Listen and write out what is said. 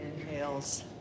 Inhales